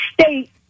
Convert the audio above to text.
state